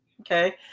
okay